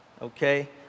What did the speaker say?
Okay